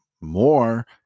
more